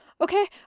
Okay